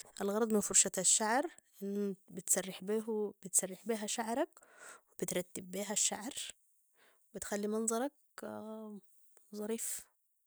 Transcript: الغرض من فرشة الشعر- بتسرح بيهو بتسرح بيها شعرك بترتب بيها الشعر بتخلي منظرك ظريف